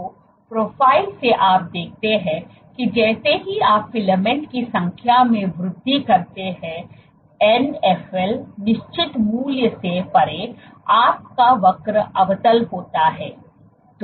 तो प्रोफाइल से आप देखते हैं कि जैसे ही आप फिलामेंट की संख्या में वृद्धि करते हैं Nfl निश्चित मूल्य से परे आपका वक्र अवतल होता है